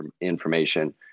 information